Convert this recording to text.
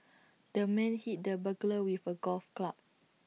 the man hit the burglar with A golf club